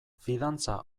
fidantza